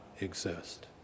exist